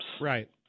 Right